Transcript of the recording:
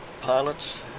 pilots